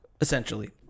essentially